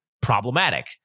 problematic